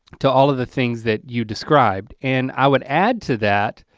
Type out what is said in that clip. to all of the things that you described, and i would add to that,